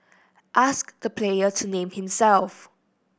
ask the player to name himself